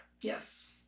Yes